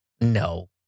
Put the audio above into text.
No